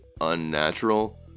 unnatural